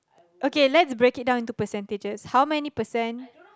okay let's break it down into percentages how many percent